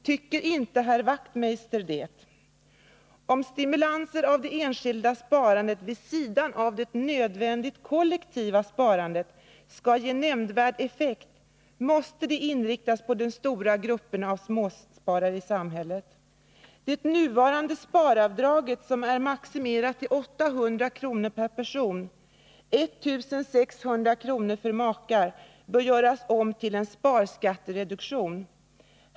Tycker inte herr Wachtmeister det? Om stimulanser av det enskilda sparandet — vid sidan av det nödvändiga kollektiva sparandet — skall ge nämnvärd effekt måste de inriktas på den stora gruppen av småsparare i samhället. Det nuvarande sparavdraget som är maximerat till 800 kr. per person och 1 600 för makar bör göras om till en sparskattereduktion.